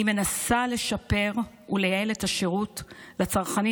אני מנסה לשפר ולייעל את השירות לצרכנים